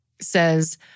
says